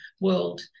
world